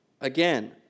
Again